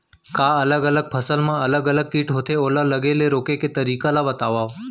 का अलग अलग फसल मा अलग अलग किट होथे, ओला लगे ले रोके के तरीका ला बतावव?